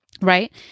right